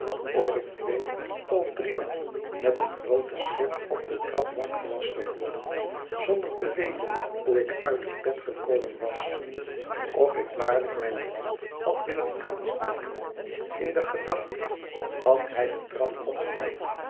of ik twee of driemaal met een grooten schrik op de trap wakker was geworden zorider te weten hoe ik uit het bed gekomen was of ik waarlijk mijne lamp had willen aansteken in de gedachte dat hij detrap opkwam